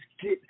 get